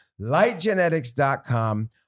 lightgenetics.com